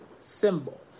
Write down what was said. symbol